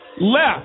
left